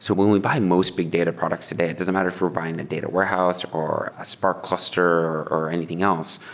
so when we buy most big data products today, it doesn't matter if we're buying the data warehouse or a spark cluster or anything else.